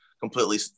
completely